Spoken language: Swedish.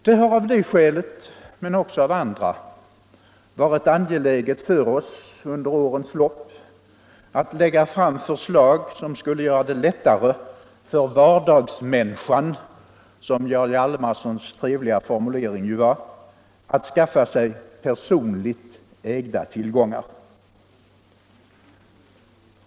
Det har av det skälet — men också av andra — varit angeläget för oss under årens lopp att lägga fram förslag som skulle göra det lättare för ”vardagsmänniskan”, som Jarl Hjalmarsons trevliga formulering var, att skaffa sig personligt ägda tillgångar.